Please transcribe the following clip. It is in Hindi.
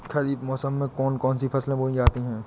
खरीफ मौसम में कौन कौन सी फसलें बोई जाती हैं?